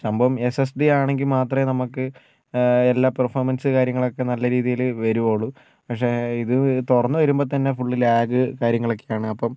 സംഭവം S S D ആണെങ്കിൽ മാത്രമേ നമുക്ക് എല്ലാ പെർഫോമൻസ് കാര്യങ്ങളൊക്കെ നല്ല രീതിയില് വരികയുള്ളൂ പക്ഷെ ഇത് തുറന്നു വരുമ്പോൾ തന്നെ ഫുൾ ലാഗ് കാര്യങ്ങള് ഒക്കെയാണ് അപ്പം